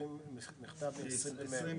לא חשוב, בדקתי.